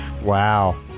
Wow